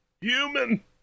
human